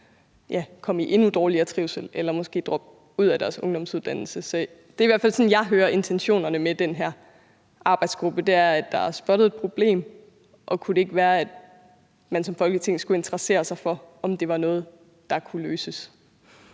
komme i endnu dårligere trivsel eller måske droppe ud af deres ungdomsuddannelse. Det er i hvert fald sådan, jeg hører intentionen med den her arbejdsgruppe, altså at der er spottet et problem, og om vi ikke som Folketing skulle interessere os for, om det var noget, der kunne løses.